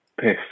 piss